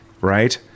right